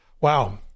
Wow